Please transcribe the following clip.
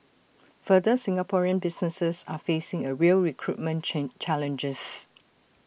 further Singaporean businesses are facing A real recruitment chain challenges